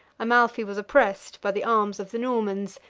amalphi was oppressed by the arms of the normans,